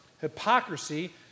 hypocrisy